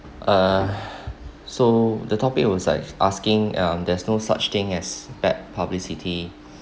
uh so the topic was asking um there's no such thing as bad publicity